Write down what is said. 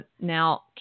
Now